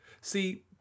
see